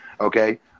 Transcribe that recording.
Okay